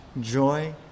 joy